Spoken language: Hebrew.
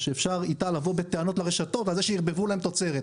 שאפשר איתה לבוא בטענות לרשתות על זה שערבבו להם תוצרת,